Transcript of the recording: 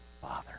Father